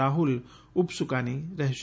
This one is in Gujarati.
રાહ્લ ઉપ સુકાની રહેશે